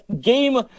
game